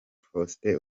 faustin